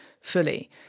fully